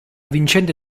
vincente